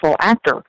actor